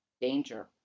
danger